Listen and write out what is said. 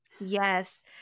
Yes